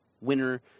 winner